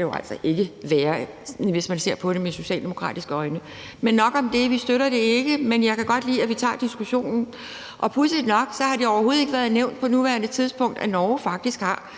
jo altså ikke være, hvis man ser på det med socialdemokratiske øjne. Men nok om det. Vi støtter det ikke, men jeg kan godt lide, at vi tager diskussionen. Pudsigt nok har det overhovedet ikke været nævnt på nuværende tidspunkt, at Norge faktisk har